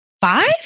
Five